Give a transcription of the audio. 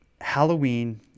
Halloween